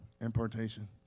impartation